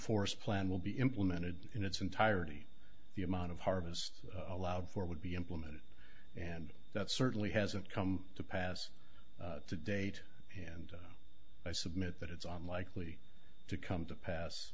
forest plan will be implemented in its entirety the amount of harvest allowed for would be implemented and that certainly hasn't come to pass to date and i submit that it's on likely to come to pass